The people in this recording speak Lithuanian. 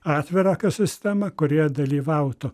atvirą ekosistemą kurioje dalyvautų